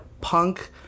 punk